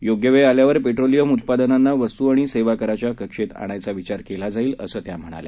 योग्य वेळ आल्यावर पेट्रोलियम उत्पादनांना वस्त् आणि सेवाकराच्या कक्षेत आणायचा विचार केला जाईल असं त्या म्हणाल्या